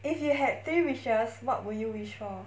if you had three wishes what would you wish for